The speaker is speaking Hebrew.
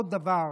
עוד דבר,